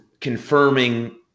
confirming